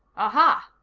aha,